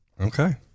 Okay